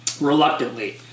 Reluctantly